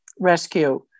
rescue